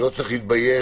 לא צריך להתבייש.